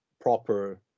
proper